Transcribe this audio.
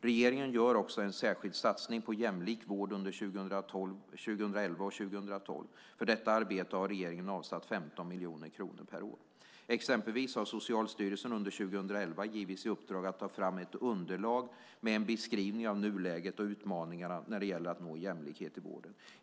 Regeringen gör också en särskild satsning på jämlik vård under 2011 och 2012. För detta arbete har regeringen avsatt 15 miljoner kronor per år. Exempelvis har Socialstyrelsen under 2011 givits i uppdrag att ta fram ett underlag med en beskrivning av nuläget och utmaningarna när det gäller att nå jämlikhet i vården.